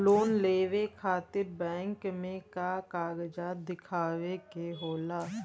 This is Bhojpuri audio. लोन लेवे खातिर बैंक मे का कागजात दिखावे के होला?